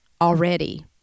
already